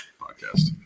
podcast